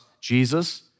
Jesus